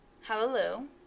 Hallelujah